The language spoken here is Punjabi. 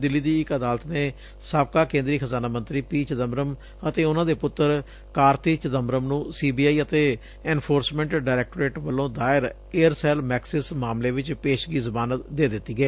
ਦਿੱਲੀ ਦੀ ਇਕ ਅਦਾਲਤ ਨੇ ਸਾਬਕਾ ਕੇਂਦਰੀ ਖਜ਼ਾਨਾ ਮੰਤਰੀ ਪੀ ਚਿਦੰਬਰਮ ਅਤੇ ਉਨੂਾਂ ਦੇ ਪੁੱਤਰ ਕਾਰਤੀ ਚਿੰਦਬਰਮ ਨੂੰ ਸੀ ਬੀ ਆਈ ਅਤੇ ਐਨਫੋਰਸਮੈਂਟ ਡਾਇਰੈਕੋਟਰੇਟ ਵੱਲੋਂ ਦਾਇਰ ਏਅਰਸੈੱਲ ਮੈਕਸਿਸ ਮਾਮਲੇ ਵਿਚ ਪੇਸ਼ਗੀ ਜ਼ਮਾਨਤ ਦੇ ਦਿੱਤੀ ਏ